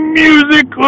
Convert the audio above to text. music